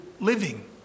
living